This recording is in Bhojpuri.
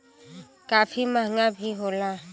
काफी महंगा भी होला